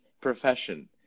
profession